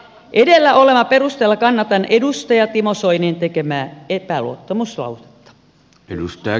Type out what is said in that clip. edellä olevan perusteella kannatan edustaja timo soinin tekemää epäluottamuslausetta